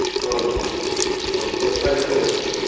ꯑꯣ ꯍꯣꯏ ꯐꯔꯦ ꯐꯔꯦ ꯐꯔꯦ